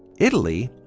italy,